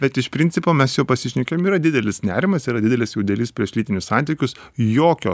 bet iš principo mes su juo pasišnekėjom yra didelis nerimas yra didelis jaudelys prieš lytinius santykius jokio